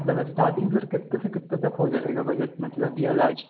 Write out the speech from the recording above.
मतलब starting sir कितने से कितने तक हो जायेगा बजट मतलब यह लास्ट